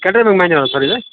Canara bank ಮ್ಯಾನೇಜರಾ sir ಇದು